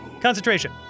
Concentration